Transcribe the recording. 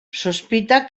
sospita